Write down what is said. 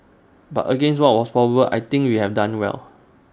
but against what was probable I think we have done well